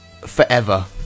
forever